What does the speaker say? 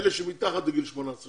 אלה שמתחת לגיל 18,